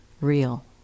real